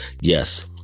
yes